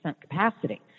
capacity